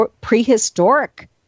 prehistoric